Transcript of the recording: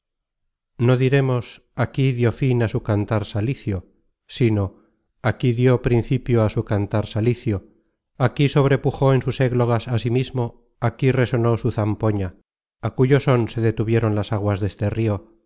no dirémos aquí dió fin á su cantar salicio sino aquí dió principio á su cantar salicio aquí sobrepujó en sus églogas á sí mismo aquí resonó su zampoña á cuyo són se detuvieron las aguas deste rio